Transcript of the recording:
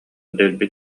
дэлби